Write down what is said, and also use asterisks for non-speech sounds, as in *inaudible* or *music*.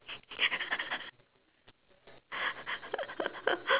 *laughs*